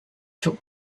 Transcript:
took